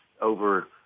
over